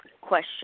question